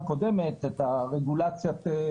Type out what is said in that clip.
יש לציין שהם הקדישו לזה את כל מרצם וזמנם והיו בשטח יחד